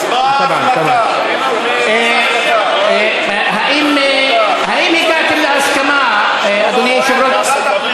נפלה ההחלטה, האם הגעתם להסכמה, אדוני היושב-ראש?